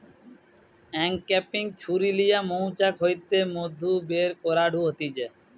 uncapping ছুরি লিয়া মৌচাক হইতে মধু বের করাঢু হতিছে